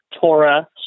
Torah